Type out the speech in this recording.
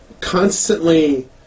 constantly